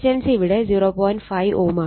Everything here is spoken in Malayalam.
5 Ω ആണ്